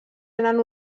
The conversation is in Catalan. eren